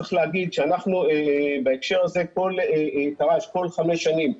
צריך להגיד שאנחנו בהקשר הזה כל חמש שנים,